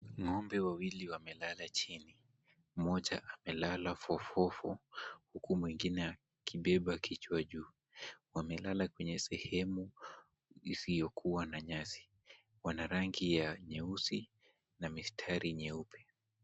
Ng'ombe wawili wamelala chini, mmoja amelala fofofo huku mwingine akibeba kichwa juu, wamelala kwenye sehemu isiyokuwa na nyasi. Wana rangi ya nyeusi na mistari nyeupe.